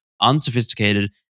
unsophisticated